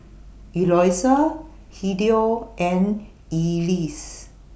Eloisa Hideo and Elease